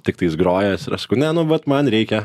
tiktais grojęs ir aš sakau ne nu vat man reikia